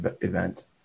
event